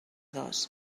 dos